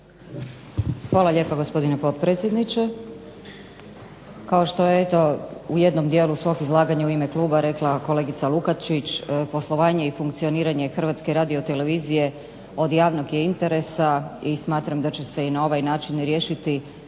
Hvala lijepa, gospodine potpredsjedniče. Kao što je eto u jednom dijelu svog izlaganja u ime kluba rekla kolegica Lukačić, poslovanje i funkcioniranje Hrvatske radiotelevizije od javnog interesa i smatram da će se i na ovaj način riješiti